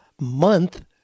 month